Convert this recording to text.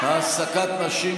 אתה נכשלת במשרד האוצר.